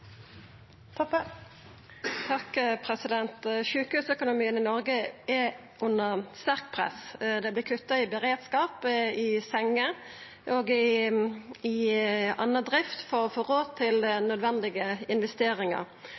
Toppe – til oppfølgingsspørsmål. Sjukehusøkonomien i Noreg er under sterkt press. Det vert kutta i beredskap, i senger og i anna drift for å få råd til nødvendige